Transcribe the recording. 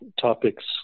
topics